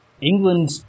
England